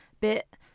bit